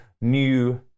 new